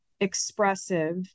expressive